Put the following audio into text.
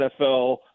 NFL